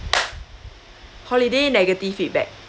holiday negative feedback